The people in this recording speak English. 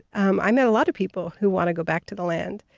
um i know a lot of people who want to go back to the land.